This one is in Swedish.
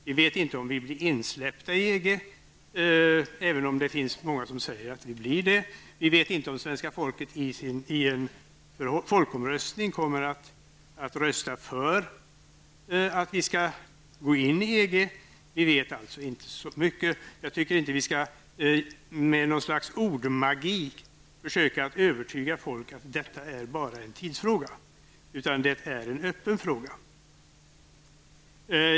Vi vet inte om vi blir insläppta i EG, även om det finns många som säger att vi blir det. Vi vet inte om svenska folket i en folkomröstning kommer att rösta för att vi skall gå in i EG. Vi vet alltså inte så mycket, och jag tycker inte att vi skall med något slags ordmagi försöka övertyga folk att detta är bara en tidsfråga, utan det är en öppen fråga.